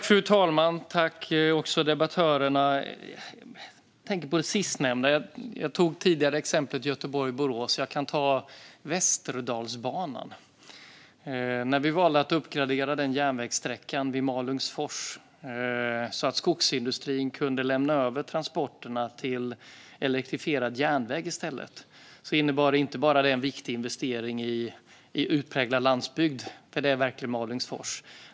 Fru talman! Jag tackar debattörerna. Jag tänker på det sistnämnda. Tidigare tog jag exemplet Göteborg-Borås. Nu tar jag Västerdalsbanan. Vårt val att uppgradera järnvägssträckan vid Malungsfors så att skogsindustrin kan lämna över transporterna till elektrifierad järnväg var inte bara en viktig investering i utpräglad landsbygd.